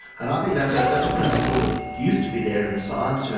and i think that's ah that's a principle that used to be there in science, you know,